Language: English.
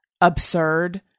absurd